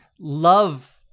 love